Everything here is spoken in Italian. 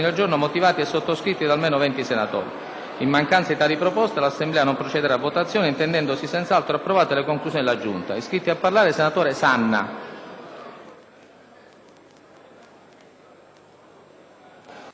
In mancanza di tali proposte, l'Assemblea non procede a votazione intendendosi senz'altro approvate le conclusioni della Giunta. Dichiaro aperta la